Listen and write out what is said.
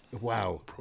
Wow